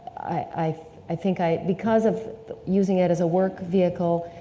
i i think i, because of using it as a work vehicle,